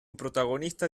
protagonista